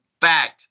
fact